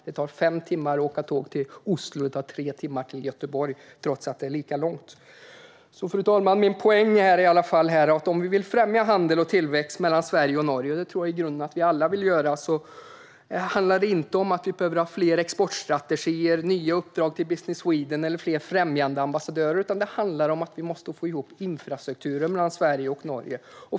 Det tar fem timmar att åka tåg till Oslo och tre timmar till Göteborg, trots att det är lika långt. Fru talman! Min poäng är att om vi vill främja handel och tillväxt mellan Sverige och Norge - och det tror jag att vi alla i grunden vill göra - handlar det inte om fler exportstrategier, nya uppdrag till Business Sweden eller fler främjandeambassadörer, utan det handlar om att man måste få ihop infrastrukturen mellan Sverige och Norge.